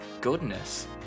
Goodness